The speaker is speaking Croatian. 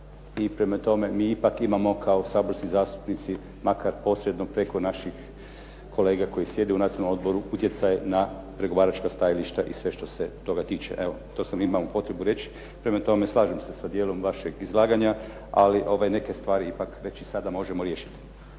i prema tome, mi ipak imamo kao saborski zastupnici, makar posredno preko naših kolega koji sjede u Nacionalnom odboru utjecaj na pregovaračka stajališta i sve što se toga tiče. Evo, to sam imao potrebu reći, prema tome slažem se sa dijelom vašeg izlaganja, ali neke stvari ipak već i sad možemo riješiti.